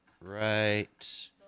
right